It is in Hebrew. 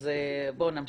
אז בוא נמשיך.